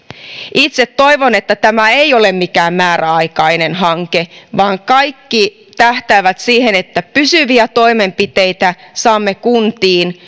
itse toivon että tämä ei ole mikään määräaikainen hanke vaan kaikki tähtäävät siihen että pysyviä toimenpiteitä saamme kuntiin